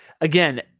again